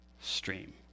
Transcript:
stream